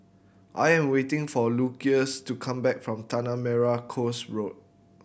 I am waiting for Lucius to come back from Tanah Merah Coast Road